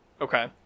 Okay